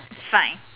fine